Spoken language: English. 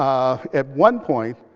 ah at one point,